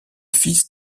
fils